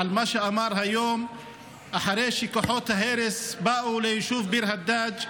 ממה שאמר היום אחרי שכוחות ההרס באו ליישוב ביר הדאג'